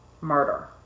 murder